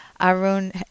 Arun